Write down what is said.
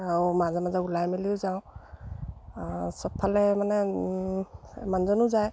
আৰু মাজে মাজে ওলাই মেলিও যাওঁ চবফালে মানে মানুহজনো যায়